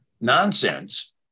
nonsense